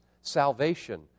salvation